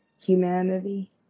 humanity